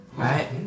Right